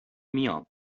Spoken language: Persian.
میام